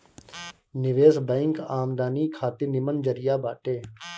निवेश बैंक आमदनी खातिर निमन जरिया बाटे